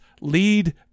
lead